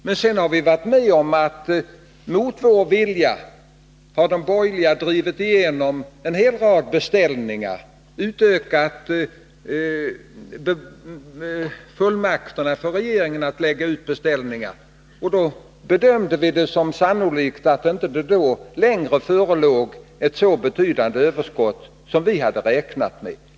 Men sedan har vi varit med om att de borgerliga mot vår vilja drivit igenom en hel rad beställningar och utökat fullmakterna för regeringen att lägga ut beställningar. Då bedömde vi det som sannolikt att det inte längre förelåg ett så betydande överskott som vi hade räknat med.